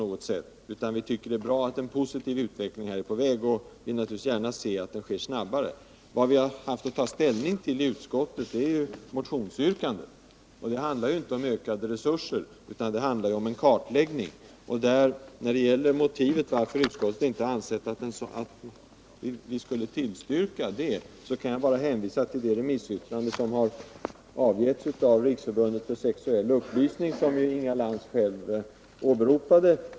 Man tycker att det är bra att en positiv utveckling är på väg och vill naturligtvis gärna se att den sker snabbare. Men vad utskottet har haft att ta ställning till är motionsyrkandet, och det handlar inte om ökade resurser utan om en kartläggning. När det gäller motivet till att utskottet inte ansett sig kunna tillstyrka det förslaget kan jag hänvisa till det remissyttrande som har avgetts av Riksförbundet för sexuell upplysning, som Inga Lantz själv åberopade.